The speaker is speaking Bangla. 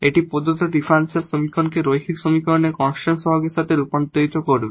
এটি প্রদত্ত ডিফারেনশিয়াল সমীকরণটিকে লিনিয়ার সমীকরণে কনস্ট্যান্ট কোইফিসিয়েন্টের সাথে রূপান্তরিত করবে